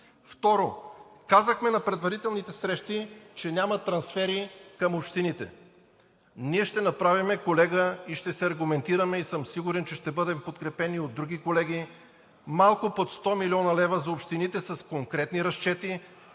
Второ, казахме на предварителните срещи, че няма трансфери към общините. Колега, ние ще направим, ще се аргументираме и съм сигурен, че ще бъдем подкрепени от други колеги – малко под 100 млн. лв. за общините с конкретни разчети,